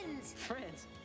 Friends